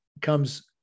comes